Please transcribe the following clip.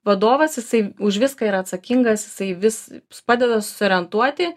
vadovas jisai už viską yra atsakingas jisai vis padeda susiorientuoti